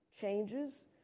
Changes